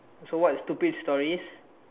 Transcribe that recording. so what stupid stories